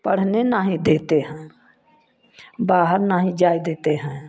पढ़ने नहीं देते हैं बाहर नहीं जाए देते हैं